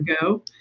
go